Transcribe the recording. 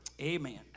Amen